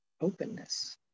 openness